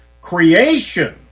creation